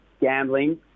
gambling